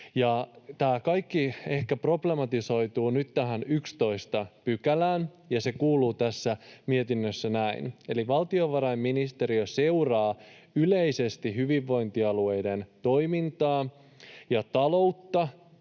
Tämä kaikki ehkä problematisoituu nyt tähän 11 §:ään, ja se kuuluu tässä mietinnössä näin: ”Valtiovarainministeriö seuraa yleisesti hyvinvointialueiden toimintaa ja taloutta